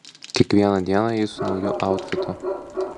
kiekvieną dieną ji su nauju autfitu